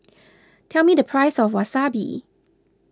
tell me the price of Wasabi